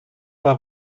war